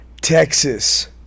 Texas